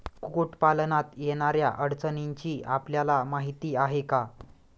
कुक्कुटपालनात येणाऱ्या अडचणींची आपल्याला माहिती आहे का?